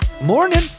Morning